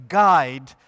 guide